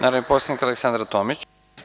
Narodni poslanik Aleksandra Tomić.